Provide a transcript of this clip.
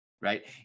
right